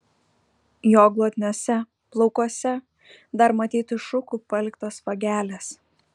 jo glotniuose plaukuose dar matyti šukų paliktos vagelės